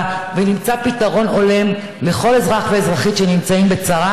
ונמצא פתרון הולם לכל אזרח ואזרחית שנמצאים בצרה.